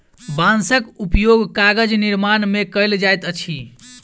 बांसक उपयोग कागज निर्माण में कयल जाइत अछि